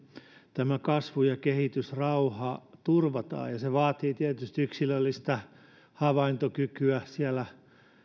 tämä kasvu ja kehitysrauha turvataan ja se vaatii tietysti yksilöllistä havaintokykyä siellä